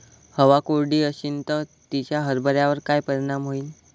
हवा कोरडी अशीन त तिचा हरभऱ्यावर काय परिणाम होईन?